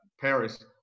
Paris